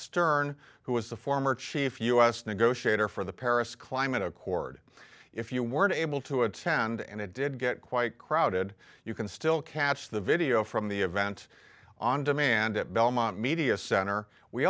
stern who was the former chief u s negotiator for the paris climate accord if you weren't able to attend and it did get quite crowded you can still catch the video from the event on demand at belmont media center we